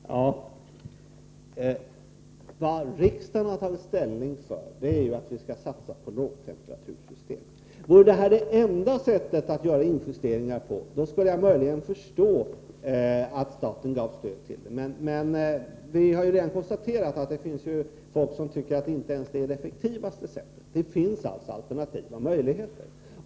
Herr talman! Riksdagen har tagit ställning för en satsning på lågtemperatursystem. Vore det här enda sättet att göra injusteringar på, skulle jag möjligen förstå att staten gav sitt stöd. Men vi har ju redan konstaterat att det finns folk som anser att det inte ens är det effektivaste sättet. Det finns alltså alternativa möjligheter.